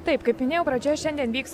taip kaip minėjau pradžioje šiandien vyks